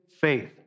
faith